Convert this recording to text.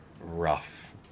rough